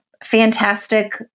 Fantastic